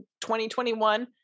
2021